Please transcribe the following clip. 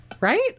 Right